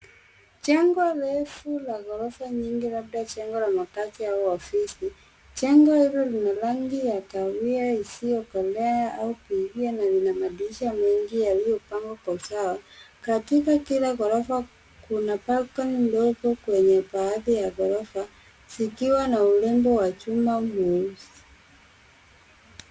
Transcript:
Jengo refu la ghorofa nyingi labda jengo ya makazi au ofisi. Jengo hilo lina rangi ya kahawia isiyokolea au kuingia na lina madirisha mengi yaliyopangwa kwa usawa. Katika kila ghorofa kuna balcony ndogo kwenye baadhi ya ghorofa zikiwa na urembo wa chuma nyeusi.